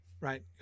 right